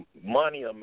money